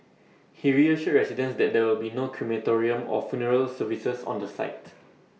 he reassured residents that there will be no crematorium or funeral services on the site